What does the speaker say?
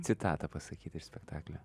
citata pasakyt iš spektaklio